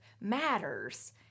matters